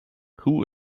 who